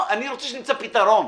אני רוצה שנמצא פתרון,